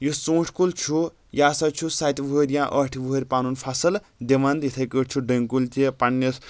یُس ژوٗنٛٹھۍ کُل چھُ یہِ ہسا چھُ ستہِ وٕہٕرۍ یا ٲٹھہِ وٕہٕرۍ پنُن فصٕل دِوان یِتھٕے کٲٹھۍ چھُ ڈونۍ کُلۍ تہِ پنٕنِس